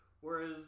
Whereas